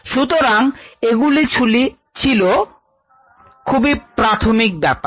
সুতরাং এগুলো ছিল খুবই প্রাথমিক ব্যাপার